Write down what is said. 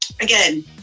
Again